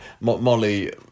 Molly